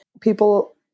people